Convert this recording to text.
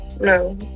no